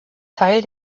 teil